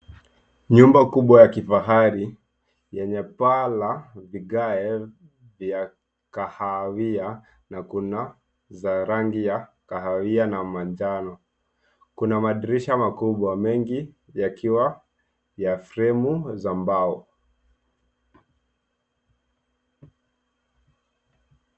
Nyumba kubwa ya kifahari yenye paa la vigae vya kahawia na kuna za rangi ya kahawia na manjano. Kuna madirisha makubwa mengi yakiwa ya fremu za mbao.